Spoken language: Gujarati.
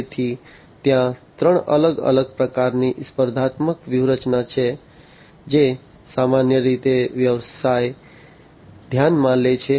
તેથી ત્યાં ત્રણ અલગ અલગ પ્રકારની સ્પર્ધાત્મક વ્યૂહરચના છે જે સામાન્ય રીતે વ્યવસાય ધ્યાનમાં લે છે